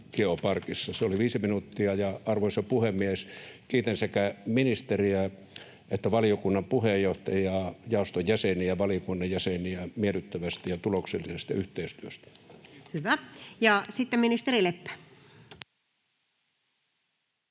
Se oli viisi minuuttia. — Arvoisa puhemies! Kiitän sekä ministeriä että valiokunnan puheenjohtajaa, jaoston jäseniä ja valiokunnan jäseniä miellyttävästä ja tuloksellisesta yhteistyöstä. [Speech 432]